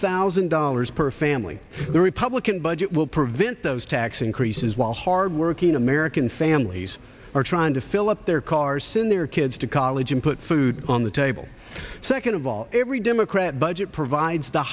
thousand dollars per family the republican budget will prevent those tax increases while hardworking american families are trying to fill up their car send their kids to college and put food on the table second of all every democrat budget provides the